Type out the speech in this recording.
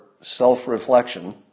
self-reflection